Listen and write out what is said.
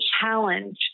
challenge